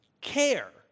care